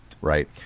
right